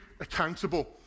accountable